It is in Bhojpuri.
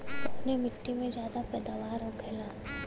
कवने मिट्टी में ज्यादा पैदावार होखेला?